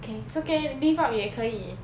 okay it's okay lift up 也可以